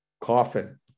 coffin